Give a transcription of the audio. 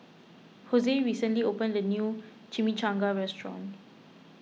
Jose recently opened a new Chimichangas restaurant